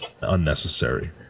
unnecessary